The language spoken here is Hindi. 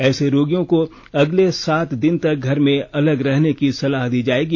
ऐसे रोगियों को अगले सात दिन तक घर में अलग रहने की सलाह दी जाएगी